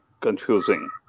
confusing